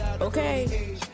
Okay